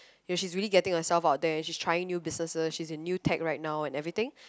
you should really getting yourself out there she's trying new businesses she's in new track right now and everything